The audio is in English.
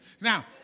Now